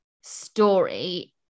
story